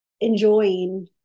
enjoying